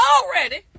already